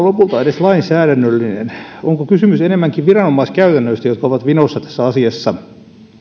lopulta edes lainsäädännöllinen onko kysymys enemmänkin viranomaiskäytännöistä jotka ovat vinossa tässä asiassa